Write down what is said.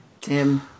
Tim